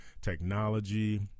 technology